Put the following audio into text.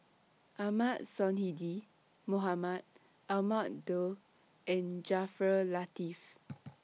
Ahmad Sonhadji Mohamad Ahmad Daud and Jaafar Latiff